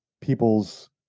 people's